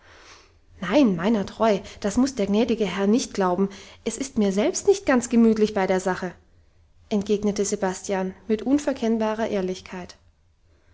nein meiner treu das muss der gnädige herr nicht glauben es ist mir selbst nicht ganz gemütlich bei der sache entgegnete sebastian mit unverkennbarer ehrlichkeit